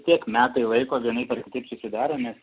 tiek metai laiko vienaip ar susidaro nes